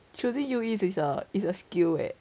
choosing U_E is a is a skill eh